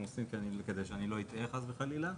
עושים כדי שאני לא אטעה חס וחלילה,